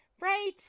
Right